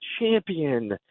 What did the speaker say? champion